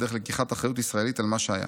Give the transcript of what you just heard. ודרך לקיחת אחריות ישראלית על מה שהיה,